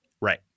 Right